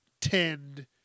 tend